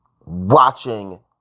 watching